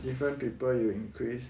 different people you increase